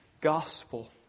gospel